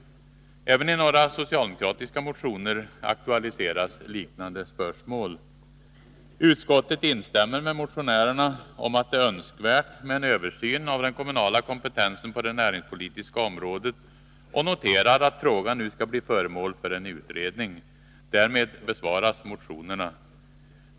Även i några socialdemokratiska motioner aktualiseras liknande spörsmål. Utskottet instämmer med motionärerna i att det är önskvärt med en översyn av den kommunala kompetensen på det näringspolitiska området och noterar att frågan nu skall bli föremål för en utredning. Därmed besvaras motionerna.